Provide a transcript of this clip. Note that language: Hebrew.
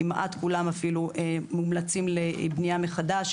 כמעט כולם מומלצים לבנייה מחדש,